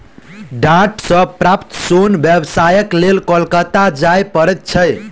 डांट सॅ प्राप्त सोन व्यवसायक लेल कोलकाता जाय पड़ैत छै